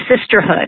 sisterhood